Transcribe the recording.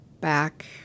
back